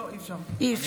אי-אפשר.